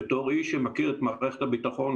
בתור איש שמכיר את מערכת הביטחון,